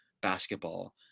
basketball